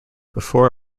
before